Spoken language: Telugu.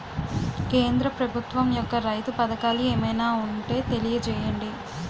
కేంద్ర ప్రభుత్వం యెక్క రైతు పథకాలు ఏమైనా ఉంటే తెలియజేయండి?